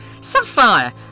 Sapphire